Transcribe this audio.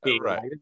right